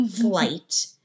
flight